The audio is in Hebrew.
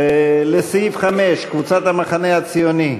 לסעיף 5, קבוצת המחנה הציוני,